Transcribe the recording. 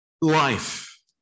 life